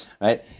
right